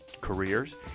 careers